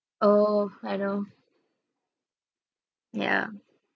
oh I know yeah